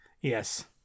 Yes